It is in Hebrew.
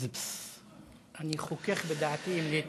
אני חוכך בדעתי אם להתייחס.